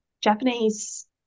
Japanese